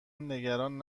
نگران